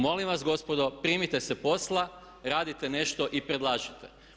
Molim vas gospodo, primite se posla, radite nešto i predlažite.